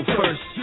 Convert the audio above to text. first